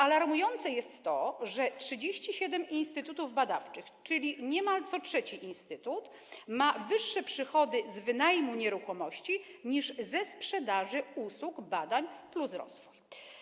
Alarmujące jest to, że 37 instytutów badawczych, czyli niemal co trzeci instytut, ma wyższe przychody z wynajmu nieruchomości niż ze sprzedaży usług B+R.